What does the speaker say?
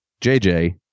JJ